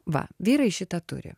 va vyrai šitą turi